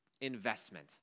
investment